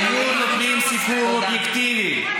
היו נותנים סיקור אובייקטיבי,